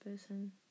person